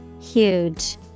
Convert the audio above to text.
Huge